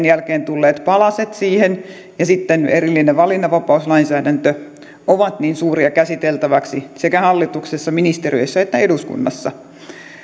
jälkeen tulleet palaset siihen ja sitten erillinen valinnanvapauslainsäädäntö ovat niin suuria käsiteltäväksi sekä hallituksessa ministeriöissä että eduskunnassa